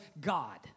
God